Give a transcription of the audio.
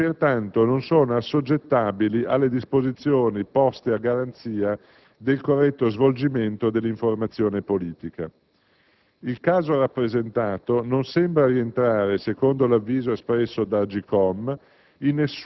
e, pertanto, non sono assoggettabili alle disposizioni poste a garanzia del corretto svolgimento dell'informazione politica. II caso rappresentato non sembra rientrare, secondo l'avviso espresso dall'AGCOM,